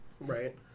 right